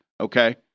okay